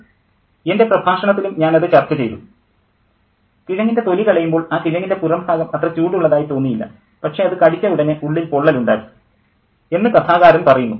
professor എൻ്റെ പ്രഭാഷണത്തിലും ഞാൻ അത് ചർച്ച ചെയ്തു "കിഴങ്ങിൻ്റെ തൊലി കളയുമ്പോൾ ആ കിഴങ്ങിൻ്റെ പുറം ഭാഗം അത്ര ചൂടുള്ളതായി തോന്നിയില്ല പക്ഷേ അത് കടിച്ച ഉടനെ ഉള്ളിൽ പൊള്ളൽ ഉണ്ടാക്കി" പ്രൊഫസ്സർ എന്ന് കഥാകാരൻ പറയുന്നു